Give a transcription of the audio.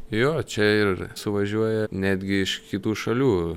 jo čia ir suvažiuoja netgi iš kitų šalių